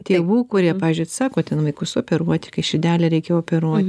tėvų kurie pavyzdžiui atsisako ten vaikus operuoti kai širdelę reikia operuoti